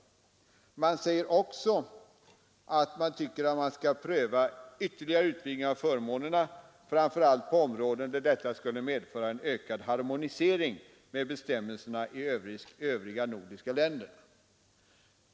Utskottet säger också att man bör ”pröva ytterligare utvidgning av förmånerna — framför allt på områden där detta skulle medföra en ökad harmonisering med bestämmelserna i övriga nordiska länder”.